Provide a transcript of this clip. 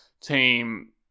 team